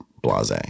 blase